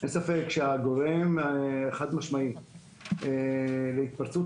אין ספק שהגורם החד משמעי להתפרצות